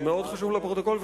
מאוד חשוב לפרוטוקול,